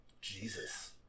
Jesus